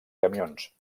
camions